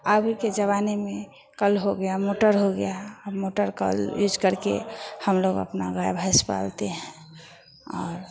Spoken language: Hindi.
अभी के ज़माने में कल हो गया मोटर हो गया मोटर कल यूज करके हम लोग अपनी गाय भैंस पालते हैं और